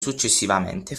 successivamente